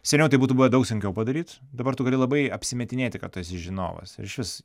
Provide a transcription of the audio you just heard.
seniau tai būtų buvę daug sunkiau padaryt dabar tu gali labai apsimetinėti kad tu esi žinovas ir išvis